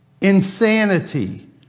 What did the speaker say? insanity